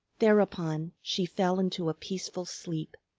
thereupon she fell into a peaceful sleep.